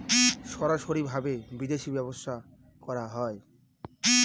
সরাসরি ভাবে বিদেশী ব্যবসা করা যায়